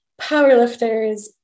powerlifters